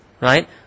right